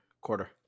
Quarter